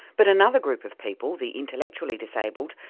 but another group of people, the intellectually disabled,